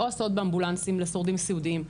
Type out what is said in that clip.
או באמבולנסים לשורדים סיעודיים.